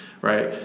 right